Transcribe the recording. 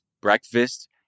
breakfast